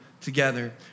together